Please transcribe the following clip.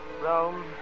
Rome